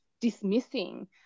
dismissing